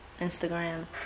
Instagram